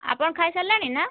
ଆପଣ ଖାଇସାରିଲେଣି ନା